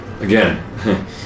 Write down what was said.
Again